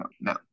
no